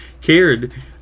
cared